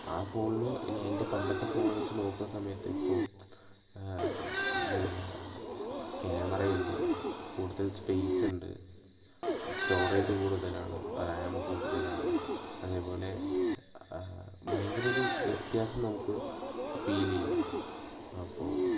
ആ ഫോണിൽ ഇനി എന്റെ പണ്ടത്തെ ഫോൺ വച്ചു നോക്കുന്ന സമയത്ത് ഇപ്പോൾ നല്ല ക്യാമറ ഉണ്ട് കൂടുതൽ സ്പെയ്സ് ഉണ്ട് സ്റ്റോറേജ് കൂടുതലാണ് റാം കൂടുതലാണ് അതേപോലെ ഭയങ്കരമൊരു വ്യത്യാസം നമുക്ക് ഫീൽ ചെയ്യും അപ്പോൾ